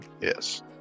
yes